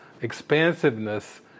expansiveness